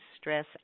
stress